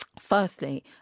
Firstly